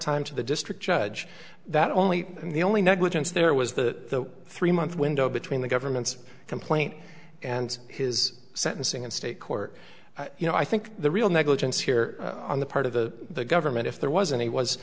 time to the district judge that only the only negligence there was the three month window between the government's complaint and his sentencing and state court you know i think the real negligence here on the part of the government if there was an